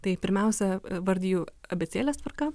tai pirmiausia vardiju abėcėlės tvarka